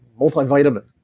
multivitamin?